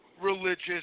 religious